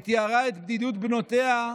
היא תיארה את בדידות בנותיה,